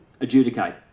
adjudicate